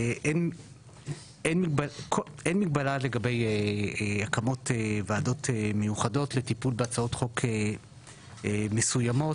אין מגבלה לגבי הקמות ועדות מיוחדות לטיפול בהצעות חוק מסוימות.